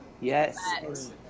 Yes